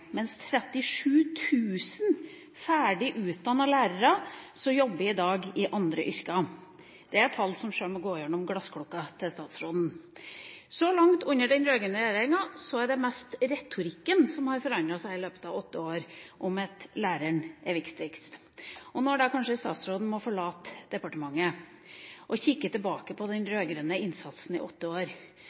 mens 37 000 ferdig utdannede lærere jobber i dag i andre yrker. Det er tall som sjøl må gå gjennom glassklokka til statsråden. Så langt under den rød-grønne regjeringa er det mest retorikken som har forandret seg i løpet av åtte år, om at læreren er viktigst. Når statsråden da kanskje må forlate departementet, og kikker tilbake på den rød-grønne innsatsen i åtte år,